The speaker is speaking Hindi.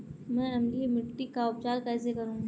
मैं अम्लीय मिट्टी का उपचार कैसे करूं?